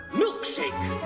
milkshake